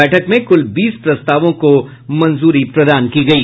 बैठक में कुल बीस प्रस्तावों को मंजूरी प्रदान की गयी